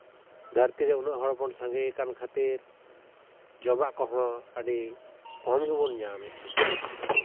ᱫᱷᱟᱹᱨᱛᱤ ᱨᱮ ᱩᱱᱟᱹᱜ ᱦᱚᱲ ᱵᱚᱱ ᱥᱟᱝᱜᱮᱭᱟᱠᱟᱱ ᱠᱷᱟᱹᱛᱤᱨ ᱡᱚᱢᱟᱜ ᱠᱚᱦᱚᱸ ᱟᱹᱰᱤ ᱠᱚᱢ ᱜᱮᱵᱚᱱ ᱧᱟᱢ ᱮᱫᱼᱟ